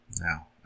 Now